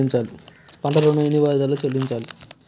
పంట ఋణం ఎన్ని వాయిదాలలో చెల్లించాలి?